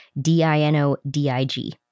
D-I-N-O-D-I-G